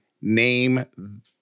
name